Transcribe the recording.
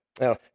Now